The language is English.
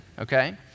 okay